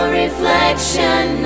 reflection